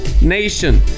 nation